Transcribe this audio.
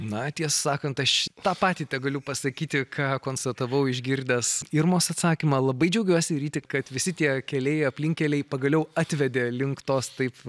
na tiesą sakant aš tą patį tegaliu pasakyti ką konstatavau išgirdęs irmos atsakymą labai džiaugiuosi ryti kad visi tie keliai aplinkkeliai pagaliau atvedė link tos taip